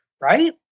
right